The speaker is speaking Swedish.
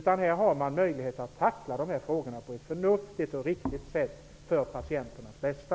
Man har möjlighet att tackla frågorna på ett förnuftigt och riktigt sätt för patienternas bästa.